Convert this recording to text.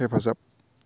हेफाजाब